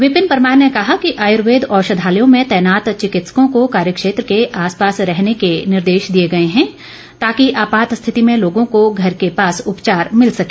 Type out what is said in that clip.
विपिन परमार ने कहा कि आयुर्वेद औषधालयों में तैनात चिकित्सकों को कार्यक्षेत्र के आसपास रहने के निर्देश दिए गए हैं ताकि आपात स्थिति में लोगों को घर के पास उपचार मिल सके